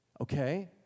Okay